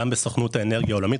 גם בסוכנות האנרגיה העולמית,